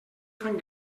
fan